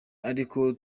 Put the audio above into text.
ariko